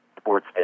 sports